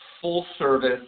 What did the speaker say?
full-service